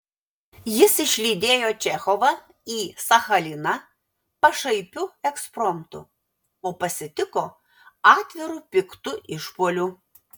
jis išlydėjo čechovą į sachaliną pašaipiu ekspromtu o pasitiko atviru piktu išpuoliu